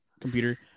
computer